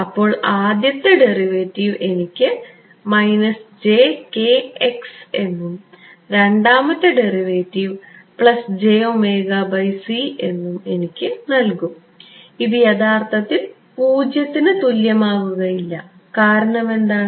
അപ്പോൾ ആദ്യത്തെ ഡെറിവേറ്റീവ് എനിക്ക് എന്നും രണ്ടാമത്തെ ഡെറിവേറ്റീവ് എന്നും എനിക്ക് നൽകും ഇത് യഥാർത്ഥത്തിൽ പൂജ്യത്തിന് തുല്യം ആകുകയില്ല ഇല്ല കാരണം എന്താണ്